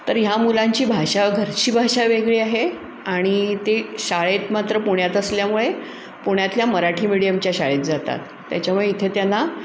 तर ह्या मुलांची भाषा घरची भाषा वेगळी आहे आणि ते शाळेत मात्र पुण्यात असल्यामुळे पुण्यातल्या मराठी मीडियमच्या शाळेत जातात त्याच्यामुळे इथे त्यांना